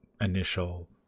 initial